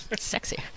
Sexy